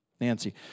Nancy